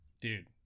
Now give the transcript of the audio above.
Dude